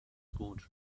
gut